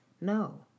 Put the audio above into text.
No